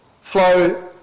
flow